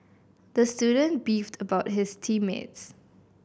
the student beefed about his team mates